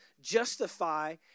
justify